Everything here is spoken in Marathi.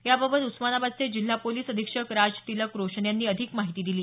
याबाबत उस्मानाबादचे जिल्हा पोलीस अधीक्षक राज तिलक रोशन यांनी अधिक माहिती दिली